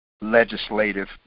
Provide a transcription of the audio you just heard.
legislative